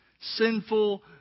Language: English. sinful